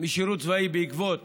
משירות צבאי בעקבות